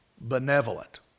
benevolent